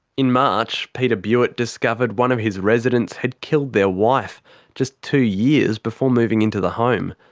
in march, peter bewert discovered one of his residents had killed their wife just two years before moving into the home.